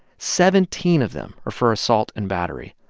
seventeen of them are for assault and battery.